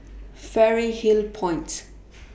Fairy Hill Point